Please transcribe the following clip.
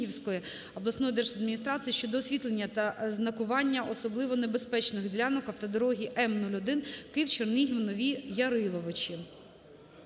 обласної держадміністрації щодо освітлення та знакування особливо небезпечних ділянок автодороги М-01(Київ-Чернігів-Нові Яриловичі).